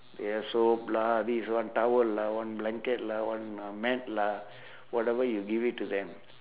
ya soap lah this one towel lah one blanket lah one uh mat lah whatever you give it to them